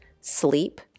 sleep